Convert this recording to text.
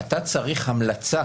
אתה צריך המלצה